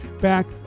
back